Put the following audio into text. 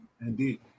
Indeed